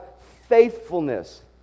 faithfulness